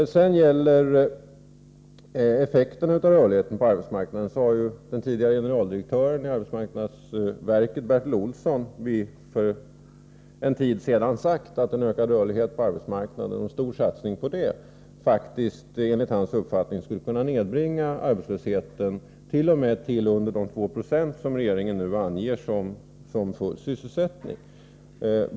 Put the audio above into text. Vad sedan gäller effekterna av rörligheten på arbetsmarknaden har den f. d. generaldirektören i arbetsmarknadsverket Bertil Olsson för en tid sedan sagt att en storsatsning på en ökad rörlighet på arbetsmarknaden skulle kunna nedbringa arbetslösheten t.o.m. till under de 2 70 som regeringen nu anger som full sysselsättning.